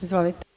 Izvolite.